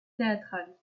théâtral